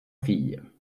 filles